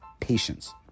Patience